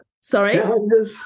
Sorry